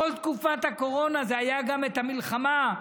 בכל תקופת הקורונה הייתה גם המלחמה,